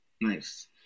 nice